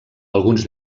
alguns